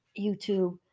YouTube